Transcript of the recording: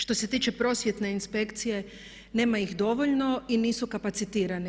Što se tiče prosvjetne inspekcije nema ih dovoljno i nisu kapacitirani.